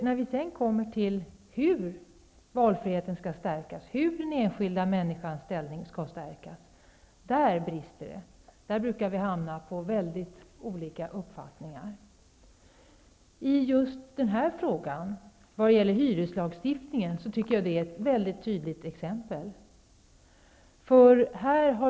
När det sedan kommer till frågan om hur valfriheten och den enskilda människans ställning skall stärkas brukar vi ha väldigt olika uppfattningar. Just hyreslagstiftningen är ett väldigt tydligt exempel på detta.